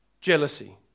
jealousy